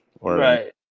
right